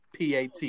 PAT